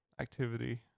activity